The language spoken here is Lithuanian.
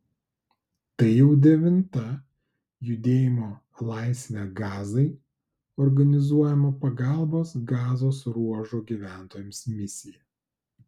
tai jau devinta judėjimo laisvę gazai organizuojama pagalbos gazos ruožo gyventojams misija